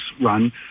run